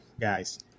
Guys